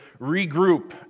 regroup